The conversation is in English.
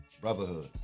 Brotherhood